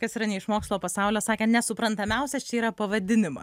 kas yra ne iš mokslo pasaulio sakė nesuprantamiausias čia yra pavadinimas